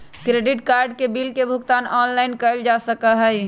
credit card के bill के भुगतान ऑनलाइन कइल जा सका हई